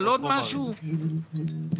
חבל שעוד פעם נחריג אחד או שניים,